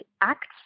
acts